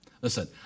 Listen